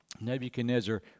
Nebuchadnezzar